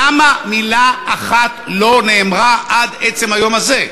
למה מילה אחת לא נאמרה עד עצם היום הזה?